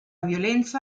violenza